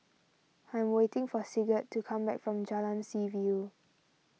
I'm waiting for Sigurd to come back from Jalan Seaview